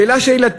שאלה של,